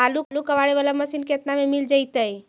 आलू कबाड़े बाला मशीन केतना में मिल जइतै?